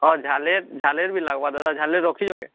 ହଁ ଝାଲେର୍ ଝାଲେର୍ ବି ଲାଗ୍ବା ଦାଦା ଝାଲେର୍ ରଖିଛ କେଁ